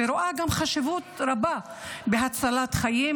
ורואה גם חשיבות רבה בהצלת חיים,